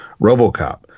robocop